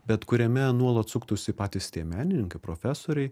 bet kuriame nuolat suktųsi patys tie menininkai profesoriai